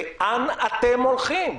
לאן אתם הולכים?